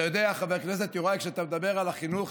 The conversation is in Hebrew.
אתה יודע, חבר הכנסת יוראי, אתה מדבר על החינוך